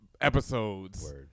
episodes